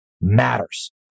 matters